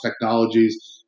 Technologies